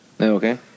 Okay